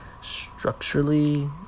structurally